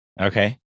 okay